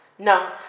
No